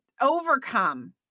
overcome